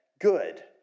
good